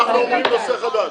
אנחנו אומרים נושא חדש.